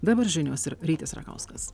dabar žinios ir rytis rakauskas